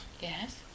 Yes